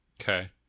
Okay